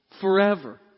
forever